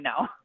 no